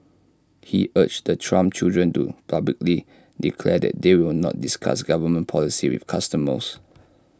he urged the Trump children to publicly declare that they will not discuss government policy with customers